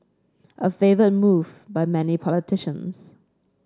a favoured move by many politicians